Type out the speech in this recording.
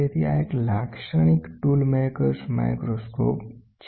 તેથી આ એક લાક્ષણિક ટૂલ મેકર્સ માઈક્રોસ્કોપ છે